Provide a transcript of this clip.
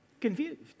Confused